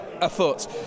afoot